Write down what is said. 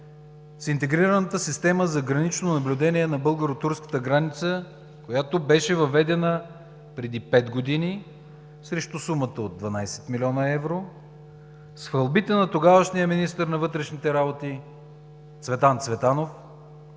с интегрираната система за гранично наблюдение на българо-турската граница, която беше въведена преди пет години срещу сумата от 12 млн. евро, с хвалбите на тогавашния министър на вътрешните работи Цветан Цветанов,